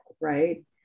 right